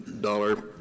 dollar